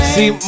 See